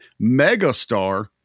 megastar